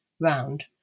round